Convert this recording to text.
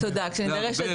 עמדתנו באופן